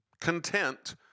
content